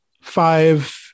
Five